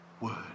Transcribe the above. word